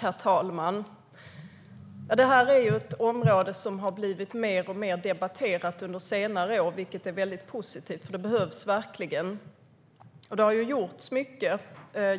Herr talman! Det här är ett ämne som under senare år blivit mer och mer debatterat, vilket är positivt. Det behövs verkligen. Mycket har gjorts.